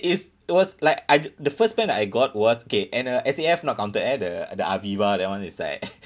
if it was like I the first plan that I got was K and uh S_A_F not counted eh the the Aviva that [one] is like